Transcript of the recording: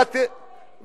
להם מותר לעשות טרור?